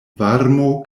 varmo